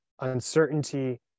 uncertainty